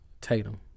Tatum